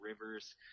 Rivers